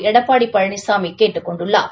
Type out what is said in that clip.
எடப்பாடி பழனிசாமி கேட்டுக் கொண்டுள்ளார்